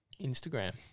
Instagram